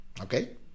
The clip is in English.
Okay